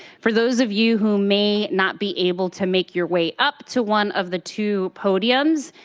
for those of you who may not be able to make your way up to one of the two podiums,